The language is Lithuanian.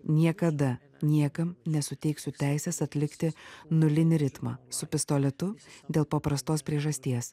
niekada niekam nesuteiksiu teisės atlikti nulinį ritmą su pistoletu dėl paprastos priežasties